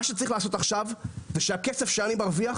מה שצריך לעשות עכשיו זה שהכסף שאני מרוויח